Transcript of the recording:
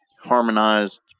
harmonized